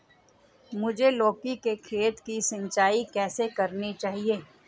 मुझे लौकी के खेत की सिंचाई कैसे करनी चाहिए?